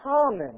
common